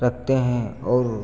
रखते हैं और